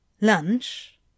lunch